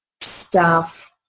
staff